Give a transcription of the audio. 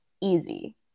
easy